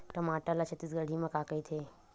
टमाटर ला छत्तीसगढ़ी मा का कइथे?